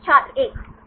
छात्र एक एक